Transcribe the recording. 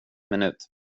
minut